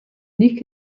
nicht